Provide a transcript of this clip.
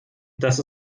dass